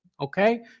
okay